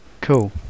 cool